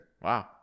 Wow